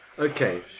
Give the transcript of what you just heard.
Okay